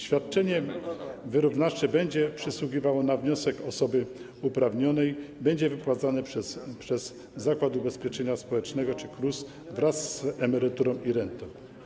Świadczenie wyrównawcze będzie przysługiwało na wniosek osoby uprawnionej i będzie wypłacane przez Zakład Ubezpieczenia Społecznego czy KRUS wraz z emeryturą i rentą.